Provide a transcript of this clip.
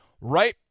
Right